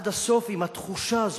עד הסוף עם התחושה הזאת.